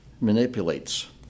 manipulates